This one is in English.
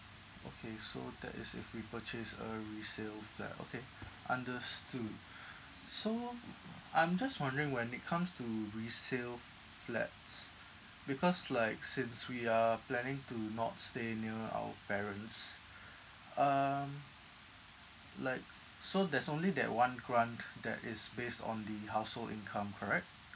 okay so that is if we purchase a resale flat okay understood so I'm just wondering when it comes to resale f~ flats because like since we are planning to not stay near our parents um like so there's only that one grant that is based on the household income correct